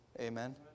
Amen